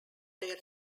their